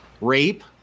rape